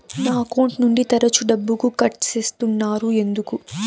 నా అకౌంట్ నుండి తరచు డబ్బుకు కట్ సేస్తున్నారు ఎందుకు